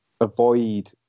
avoid